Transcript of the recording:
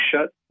shut